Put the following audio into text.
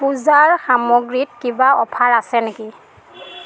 পূজাৰ সামগ্ৰীত কিবা অফাৰ আছে নেকি